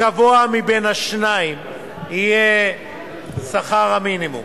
הגבוה מהשניים יהיה שכר המינימום.